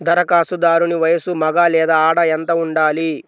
ధరఖాస్తుదారుని వయస్సు మగ లేదా ఆడ ఎంత ఉండాలి?